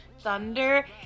Thunder